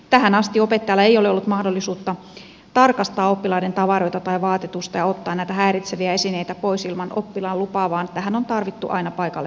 tähän asti opettajalla ei ole ollut mahdollisuutta tarkastaa oppilaiden tavaroita tai vaatetusta ja ottaa näitä häiritseviä esineitä pois ilman oppilaan lupaa vaan tähän on tarvittu aina paikalle poliisi